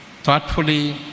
Thoughtfully